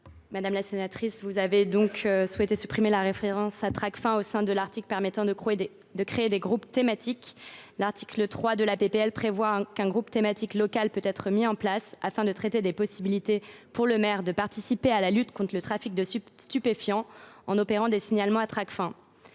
Madame la sénatrice, vous souhaitez supprimer la référence à Tracfin au sein de l’article 3 de cette proposition de loi. Celui ci prévoit qu’un groupe thématique local pourra être mis en place afin de traiter des possibilités, pour le maire, de participer à la lutte contre le trafic de stupéfiants en opérant des signalements à Tracfin.